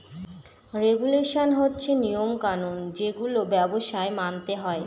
regulation হচ্ছে নিয়ম কানুন যেগুলো ব্যবসায় মানতে হয়